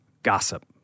Gossip